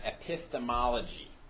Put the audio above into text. epistemology